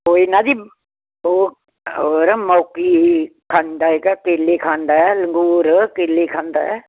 ਕੋਈ ਨਾ ਜੀ ਹੋਰ ਮੋਕੀ ਖਾਂਦਾ ਐਗਾ ਕੇਲੇ ਖਾਂਦਾ ਐ ਲੰਗੂਰ ਕੇਲੇ ਖਾਂਦਾ ਐ